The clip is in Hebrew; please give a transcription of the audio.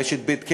רשת ב' כן